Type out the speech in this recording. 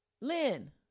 lynn